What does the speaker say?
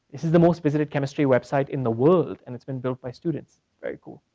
this is the most visited chemistry website in the world, and it's been built by students. very cool.